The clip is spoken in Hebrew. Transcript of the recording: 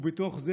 ובתוך זה,